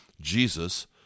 Jesus